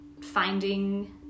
finding